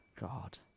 god